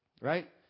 Right